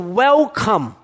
welcome